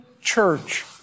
church